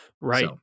Right